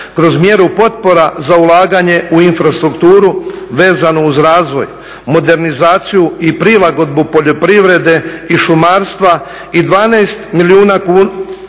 Kroz mjeru potpora za ulaganje u infrastrukturu vezanu uz razvoj, modernizaciju i prilagodbu poljoprivrede i šumarstva i 12 milijuna kuna